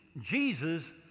Jesus